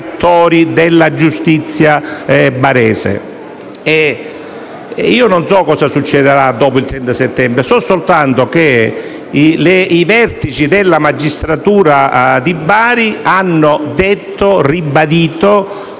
della giustizia barese. Non so cosa succederà dopo il 30 settembre: so soltanto che i vertici della magistratura di Bari hanno detto e ribadito